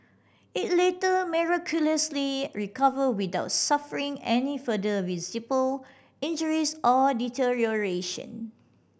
it later miraculously recovered without suffering any further visible injuries or deterioration